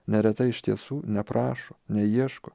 neretai iš tiesų neprašo neieško